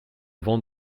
vent